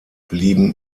blieben